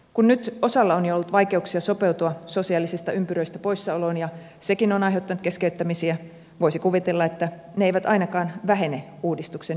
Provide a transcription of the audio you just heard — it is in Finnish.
kun nyt osalla on jo ollut vaikeuksia sopeutua sosiaalisista ympyröistä poissaoloon ja sekin on aiheuttanut keskeyttämisiä voisi kuvitella että ne eivät ainakaan vähene uudistuksen myötä